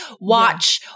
watch